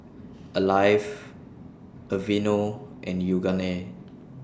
Alive Aveeno and Yoogane